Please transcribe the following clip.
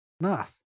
Nice